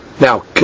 Now